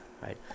right